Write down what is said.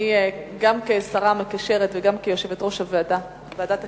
גם כשרה המקשרת וגם כיושבת-ראש ועדת הכנסת,